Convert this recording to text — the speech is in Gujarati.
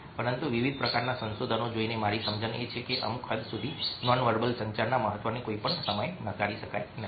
પરંતુ વિવિધ પ્રકારના સંશોધનો જોઈને મારી સમજણ એ છે કે અમુક હદ સુધી નોનવેર્બલ સંચારના મહત્વને કોઈપણ સમયે નકારી શકાય નહીં